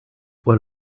one